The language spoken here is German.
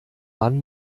wann